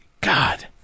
God